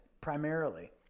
Primarily